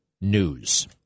news